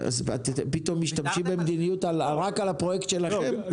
אתם פתאום משתמשים במדיניות רק על הפרויקט שלכם?